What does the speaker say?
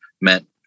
meant